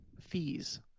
fees